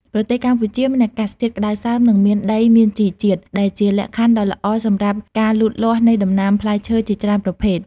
ប្រទេសកម្ពុជាមានអាកាសធាតុក្តៅសើម និងមានដីមានជីជាតិ ដែលជាលក្ខខណ្ឌដ៏ល្អសម្រាប់ការលូតលាស់នៃដំណាំផ្លែឈើជាច្រើនប្រភេទ។